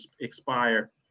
expire